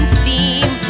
steam